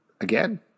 Again